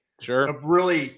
Sure